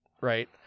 right